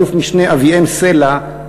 אלוף-משנה אביעם סלע,